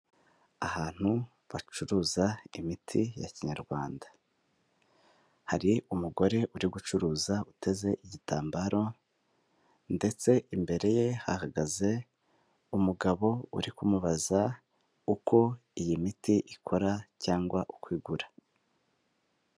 Ahantu bacuruza imiti ya kinyarwanda, hari umugore uri gucuruza uteze igitambaro ndetse imbere ye hagaze umugabo uri kumubaza uko iyo miti ikora cyangwa uko igura.